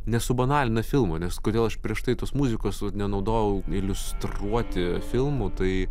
nesubanalina filmo nes kodėl aš prieš tai tos muzikos nenaudojau iliustruoti filmų tai